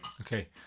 Okay